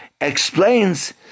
explains